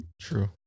True